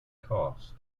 cost